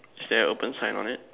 is there an open sign on it